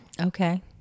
Okay